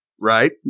right